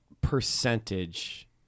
percentage